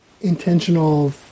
intentional